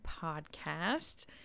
podcast